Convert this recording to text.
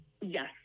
Yes